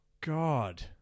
God